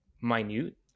minute